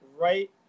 right